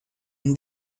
and